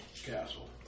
castle